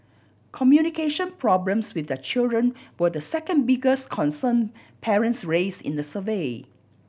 communication problems with their children were the second biggest concern parents raised in the survey